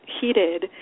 heated